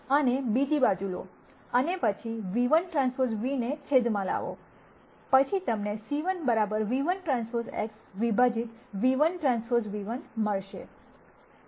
આને બીજી બાજુ લો અને પછીν₁Tν₁ને છેદમાં લાવો પછી તમને c1 ν₁TX વિભાજિત ν₁Tν₁ મળશે